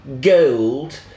gold